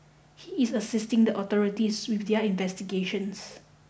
he is assisting the authorities with their investigations